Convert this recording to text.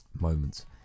moments